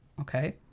Okay